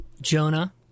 Jonah